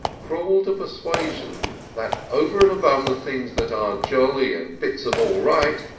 crawled a persuasion that over and above the things that are jolly and bits of all right,